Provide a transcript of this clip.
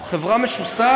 אנחנו חברה משוסעת,